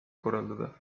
korraldada